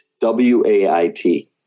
W-A-I-T